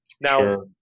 Now